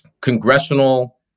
congressional